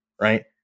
Right